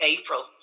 April